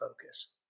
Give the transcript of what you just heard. focus